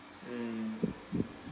mm